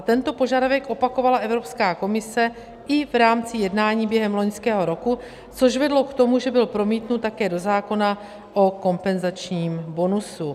Tento požadavek opakovala Evropská komise i v rámci jednání během loňského roku, což vedlo k tomu, že byl promítnut také do zákona o kompenzačním bonusu.